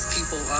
People